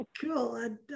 cool